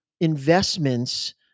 investments